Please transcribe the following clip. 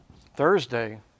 Thursday